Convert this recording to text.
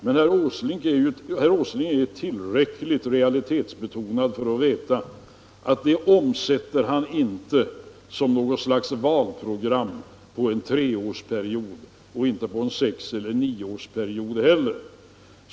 Men herr Åsling är tillräckligt realistisk för att veta att man inte kan omsätta detta i verklighet som något slags valprogram under en treårsperiod, och inte på en sexeller nioårsperiod heller.